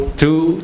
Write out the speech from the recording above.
two